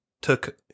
took